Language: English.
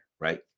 right